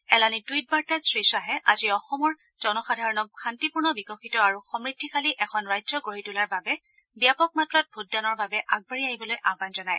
এলানি টুইট বাৰ্তাত শ্ৰীয়াহে আজি অসমৰ জনসাধাৰণক শাস্তিপূৰ্ণ বিকশিত আৰু সমূদ্ধিশালী এখন ৰাজ্য গঢ়ি তোলাৰ বাবে ব্যাপক মাত্ৰাত ভোট দানৰ বাবে আগবাঢ়ি আহিবলৈ আহান জনায়